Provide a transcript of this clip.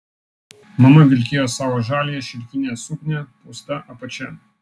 mama vilkėjo savo žaliąją šilkinę suknią pūsta apačia